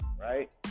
right